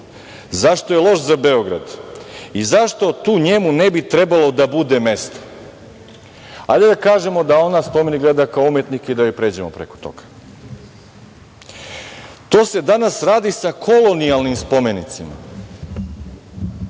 zašto je loš za Beograd i zašto tu njemu ne bi trebalo da bude mesto. Ajde da kažemo da ona spomenik gleda kao umetnik i da joj pređemo preko toga. To se danas radi sa kolonijalnim spomenicima,